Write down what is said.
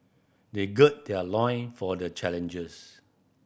they gird their loin for the challenge